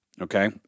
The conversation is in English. okay